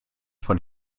von